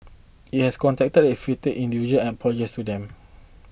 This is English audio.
it has contacted the affected individual and apologised to them